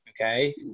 Okay